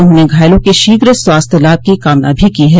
उन्होंने घायलों के शीघ्र स्वास्थ्य लाभ की कामना भी की है